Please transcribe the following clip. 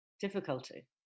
difficulty